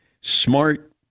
smart